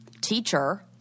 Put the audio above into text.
teacher